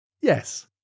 Yes